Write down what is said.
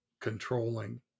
controlling